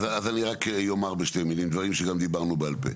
אז אני רק יאמר בשתי מילים דברים שגם דיברנו בעל פה,